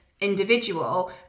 individual